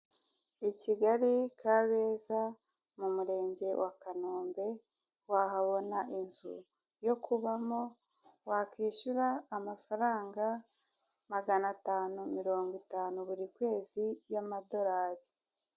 I Kigali kabeza mu murenge wa Kanombe, wahabona inzu yo kubamo wakwishyura amafaranga magana atanu mirongo itanu buri kwezi y'amadolari.